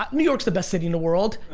um new york's the best city in the world